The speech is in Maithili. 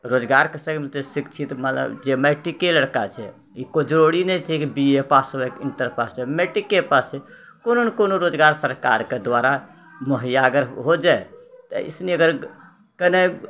रोजगारके सँ शिक्षित मतलब जे मैट्रीके लड़का छै ई कोइ जरूरी नहि छै कि बी ए पास हुये कि इण्टर पास हुये मैट्रीके पास छै कोनो नहि कोनो रोजगार सरकारके दुआरा मुहैय्या अगर हो जाइ तऽ आइसने अगर कने